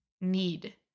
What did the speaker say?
need